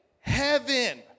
heaven